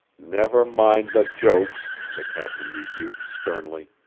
never mind the jokes, the captain rebuked sternly.